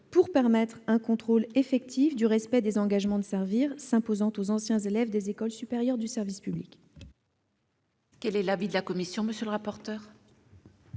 centraliser le contrôle effectif du respect des engagements de servir s'imposant aux anciens élèves des écoles supérieures du service public. Quel est l'avis de la commission ? Sur la question